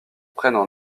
prennent